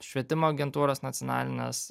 švietimo agentūros nacionalinės